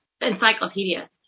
encyclopedia